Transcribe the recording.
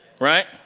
right